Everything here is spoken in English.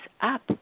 up